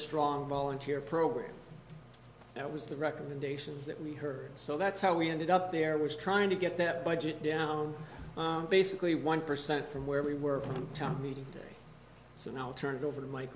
strong volunteer program that was the recommendations that we heard so that's how we ended up there was trying to get that budget down basically one percent from where we were on time meeting so now turned over to m